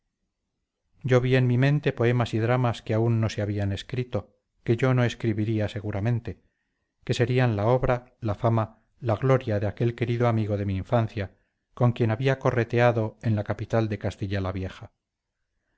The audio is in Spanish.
yo vi en mi mente poemas y dramas que aún no se habían escrito que yo no escribiría seguramente que serían la obra la fama la gloria de aquel querido amigo de mi infancia con quien había correteado en la capital de castilla la vieja